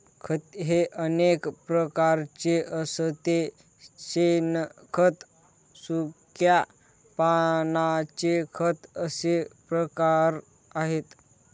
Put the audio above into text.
खत हे अनेक प्रकारचे असते शेणखत, सुक्या पानांचे खत असे प्रकार आहेत